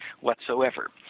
whatsoever